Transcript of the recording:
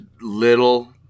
little